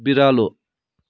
बिरालो